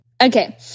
Okay